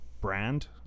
Brand